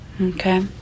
Okay